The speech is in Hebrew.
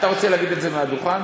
אתה רוצה להגיד את זה מהדוכן?